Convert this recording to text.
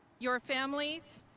your families,